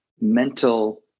mental